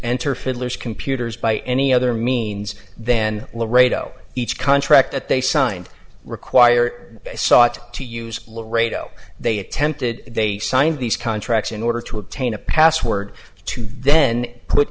fiddlers computers by any other means then laredo each contract that they signed require they sought to use laredo they attempted they signed these contracts in order to obtain a password to then put